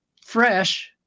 fresh